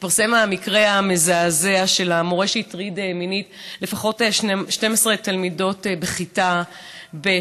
התפרסם המקרה המזעזע של המורה שהטריד מינית לפחות 12 תלמידות בכיתה ב'.